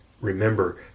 remember